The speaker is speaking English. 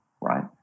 right